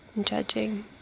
judging